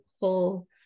whole